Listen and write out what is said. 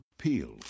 Peel